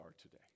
today